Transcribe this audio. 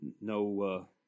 no